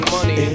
Money